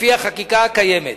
לפי החקיקה הקיימת,